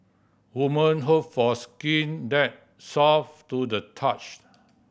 women hope for skin that soft to the touch